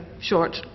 short